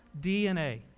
DNA